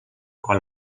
quan